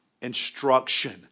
instruction